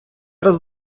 раз